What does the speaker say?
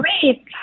great